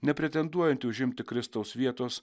nepretenduojant užimti kristaus vietos